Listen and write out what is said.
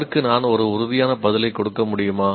அதற்கு நான் ஒரு உறுதியான பதிலைக் கொடுக்க முடியுமா